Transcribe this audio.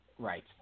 Right